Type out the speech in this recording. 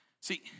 See